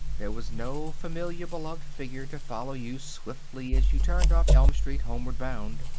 there was no familiar, beloved figure to follow you swiftly as you turned off elm street homeward bound.